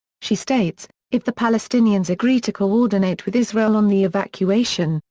she states, if the palestinians agree to coordinate with israel on the evacuation,